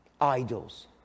idols